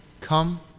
Come